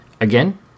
Again